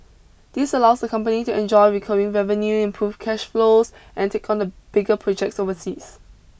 this allows the company to enjoy recurring revenue improve cash flow and take on bigger projects overseas